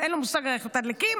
הרי אין לו מושג איך מתדלקים,